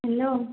hello